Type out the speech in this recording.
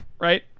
right